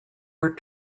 were